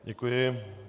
Děkuji.